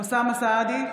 אוסאמה סעדי,